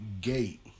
gate